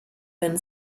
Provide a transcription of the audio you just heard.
been